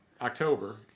October